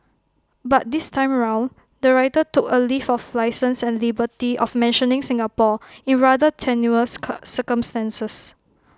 but this time round the writer took A leave of licence and liberty of mentioning Singapore in rather tenuous circumstances